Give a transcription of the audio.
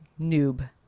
Noob